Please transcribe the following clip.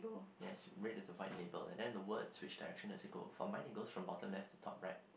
yes red and the white label and then the words which direction does it go for mine it goes from bottom left to top right